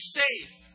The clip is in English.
safe